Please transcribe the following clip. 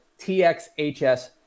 TXHS